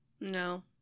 No